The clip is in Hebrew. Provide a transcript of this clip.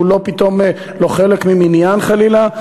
שהוא פתאום לא חלק ממניין חלילה,